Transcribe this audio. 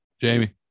Jamie